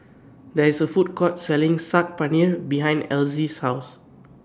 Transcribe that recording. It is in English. There IS A Food Court Selling Saag Paneer behind Elzy's House